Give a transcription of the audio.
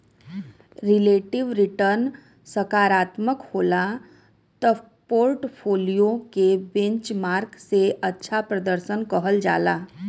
relative return सकारात्मक होला त पोर्टफोलियो के बेंचमार्क से अच्छा प्रर्दशन कहल जाला